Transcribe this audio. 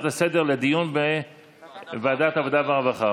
לסדר-היום לדיון בוועדת העבודה הרווחה.